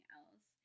else